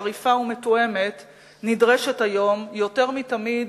חריפה ומתואמת נדרשת היום יותר מתמיד